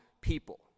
people